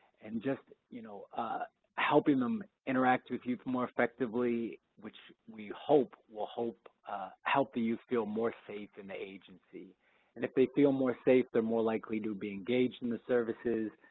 and just you know helping them interact with youth more effectively, which we hope will help the youth feel more safe in the agency and if they feel more safe they're more likely to be engaged in the services,